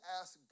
ask